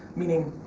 meaning,